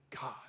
God